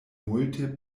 multe